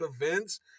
events